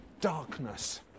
darkness